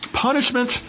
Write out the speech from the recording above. punishment